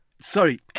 Sorry